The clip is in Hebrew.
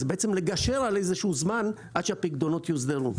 זה בעצם לגשר על איזשהו זמן עד שהפיקדונות יוסדרו.